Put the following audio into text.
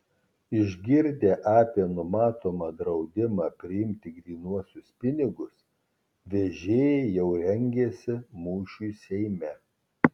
išgirdę apie numatomą draudimą priimti grynuosius pinigus vežėjai jau rengiasi mūšiui seime